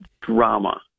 drama